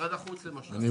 משרד החוץ למשל.